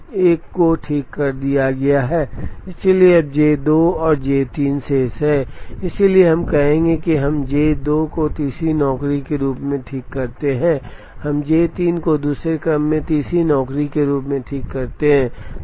तो J 4 और J 1 को ठीक कर दिया गया है इसलिए अब J 2 और J 3 शेष हैं इसलिए हम कहेंगे हम J 2 को तीसरी नौकरी के रूप में ठीक करते हैं हम J 3 को दूसरे क्रम में तीसरी नौकरी के रूप में ठीक करते हैं